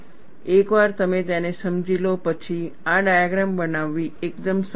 એકવાર તમે તેને સમજી લો પછી આ ડાયગ્રામ બનાવવી એકદમ સરળ છે